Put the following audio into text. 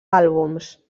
àlbums